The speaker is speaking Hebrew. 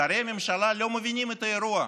שרי הממשלה לא מבינים את האירוע.